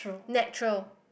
natural